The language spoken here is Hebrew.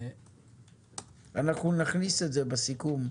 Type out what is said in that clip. אנחנו נכניס את זה בסיכום,